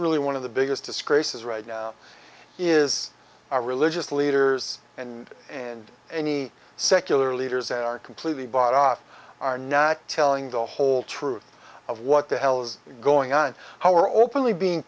really one of the biggest disgraces right now is our religious leaders and and any secular leaders and are completely bought off are now telling the whole truth of what the hell's going on how are openly being